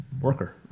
worker